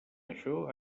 això